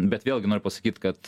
bet vėlgi noriu pasakyt kad